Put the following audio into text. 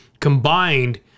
combined